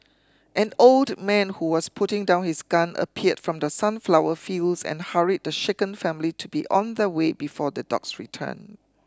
an old man who was putting down his gun appeared from the sunflower fields and hurried the shaken family to be on their way before the dogs return